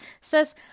Says